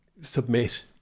submit